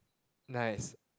nice